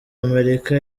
amerika